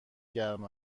گرم